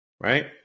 Right